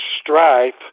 strife